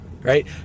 right